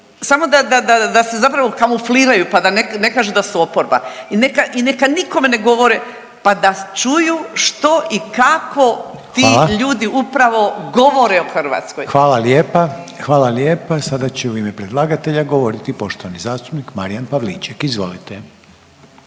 da, da se zapravo kamufliraju, pa da ne kažu da su oporba i neka i neka nikom ne govore pa da čuju što i kako ti ljudi upravo govore o Hrvatskoj. **Reiner, Željko (HDZ)** Hvala lijepa, hvala lijepa. Sada će u ime predlagatelja govoriti poštovani zastupnik Marijan Pavliček, izvolite.